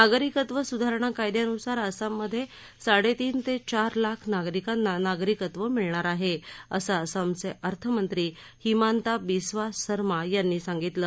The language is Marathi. नागरिकत्व सुधारणा कायद्यान्सार आसाममधे साडेतीन ते चार लाख नागरिकांना नागरिकत्व मिळणार आहे असं आसामचे अर्थमंत्री हिमांता बिसवा सरमा यांनी सांगितलं